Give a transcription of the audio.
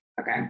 Okay